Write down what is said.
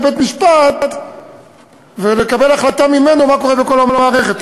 בבית-משפט ולהחליט לפיו מה קורה בכל המערכת.